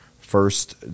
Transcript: first